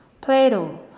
Plato